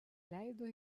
leido